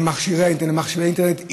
למכשירי האינטרנט,